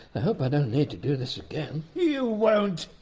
i hope i don't need to do this again. you won't!